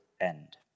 end